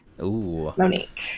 Monique